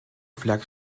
flag